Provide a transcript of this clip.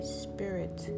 spirit